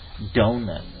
donut